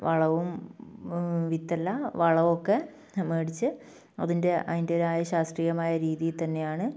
വളവും വിത്തല്ല വളമൊക്കെ മേടിച്ച് അതിൻ്റെ അതിൻ്റെതായ ശാസ്ത്രീയമായ രീതിയിൽ തന്നെയാണ്